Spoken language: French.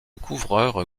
couvreur